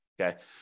okay